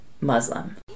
muslim